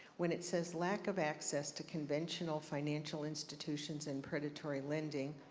when it says lack of access to conventional financial institutions and predatory lending,